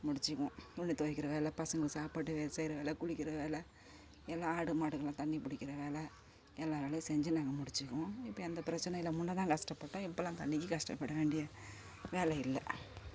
முடிச்சுக்குவோம் துணி துவைக்கிற வேலை பசங்களுக்கு சாப்பாடு செய்கிற வேலை குளிக்கிற வேலை எல்லா ஆடு மாடுக்கெலாம் தண்ணி பிடிக்கிற வேலை எல்லா வேலையும் செஞ்சு நாங்கள் முடிச்சுக்குவோம் இப்போ எந்த பிரச்சின இல்லை முன்னேதான் கஷ்டப்பட்டோம் இப்பெல்லாம் தண்ணிக்கு கஷ்டப்பட வேண்டிய வேலை இல்லை